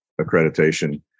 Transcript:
accreditation